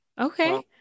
Okay